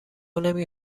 نمی